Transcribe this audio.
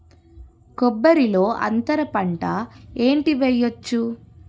కొబ్బరి లో అంతరపంట ఏంటి వెయ్యొచ్చు?